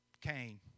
Cain